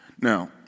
Now